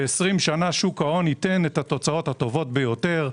ב-20 שנה שוק ההון ייתן את התוצאות הטובות ביותר.